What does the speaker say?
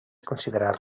considerar